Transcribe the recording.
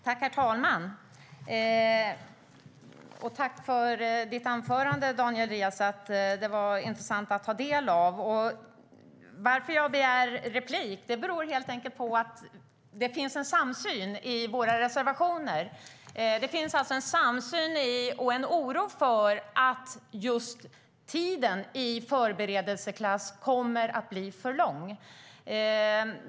Herr talman! Tack för ditt anförande, Daniel Riazat! Det var intressant att ta del av. Jag begärde replik för att det finns en samsyn i våra reservationer vad gäller oron för att tiden i förberedelseklass kommer att bli för lång.